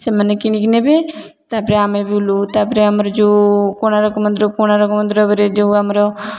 ସେମାନେ କିଣିକି ନେବେ ତା'ପରେ ଆମେ ବୁଲୁ ତାପରେ ଆମର ଯେଉଁ କୋଣାର୍କ ମନ୍ଦିର କୋଣାର୍କ ମନ୍ଦିର ପରେ ଯେଉଁ ଆମର